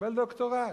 קיבל דוקטורט.